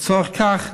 לצורך זה,